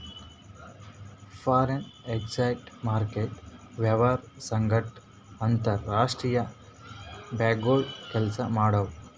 foreign exchange market ವ್ಯವಹಾರ್ ಸಂಗಟ್ ಅಂತರ್ ರಾಷ್ತ್ರೀಯ ಬ್ಯಾಂಕ್ಗೋಳು ಕೆಲ್ಸ ಮಾಡ್ತಾವ್